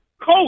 coach